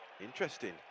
interesting